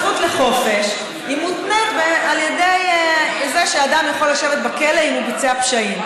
הזכות לחופש מותנית על ידי זה שאדם יכול לשבת בכלא אם הוא ביצע פשעים.